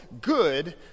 good